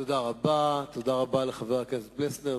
תודה רבה לחבר הכנסת פלסנר.